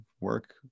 work